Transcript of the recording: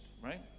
right